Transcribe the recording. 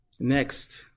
Next